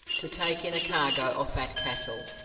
to take in a cargo of fat cattle,